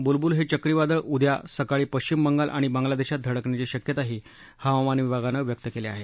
बुलबुल हे चक्रीवादळ उद्या सकाळी पश्चिम बंगाल आणि बांग्लादेशात धडकण्याची शक्यताही हवामान विभागानं व्यक्त केली आहे